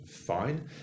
fine